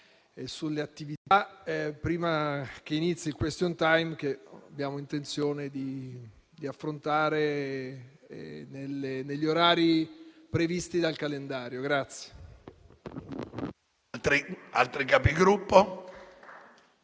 sulle attività prima che inizi il *question time* che abbiamo intenzione di affrontare negli orari previsti dal calendario.